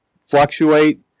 fluctuate